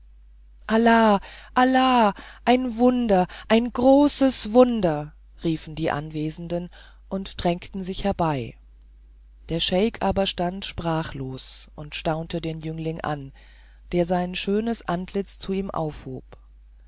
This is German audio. allah allah ein wunder ein großes wunder riefen die anwesenden und drängten sich herbei der scheik aber stand sprachlos und staunte den jüngling an der sein schönes antlitz zu ihm aufhob